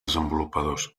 desenvolupadors